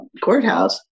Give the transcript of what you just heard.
courthouse